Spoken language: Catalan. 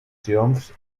triomfs